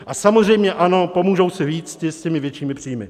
A samozřejmě ano, pomůžou si víc ti s těmi většími příjmy.